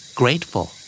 grateful